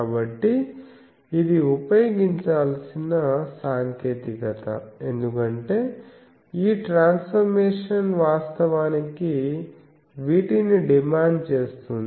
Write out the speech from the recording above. కాబట్టి ఇది ఉపయోగించాల్సిన సాంకేతికత ఎందుకంటే ఈ ట్రాన్స్ఫర్మేషన్ వాస్తవానికి వీటిని డిమాండ్ చేస్తుంది